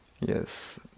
yes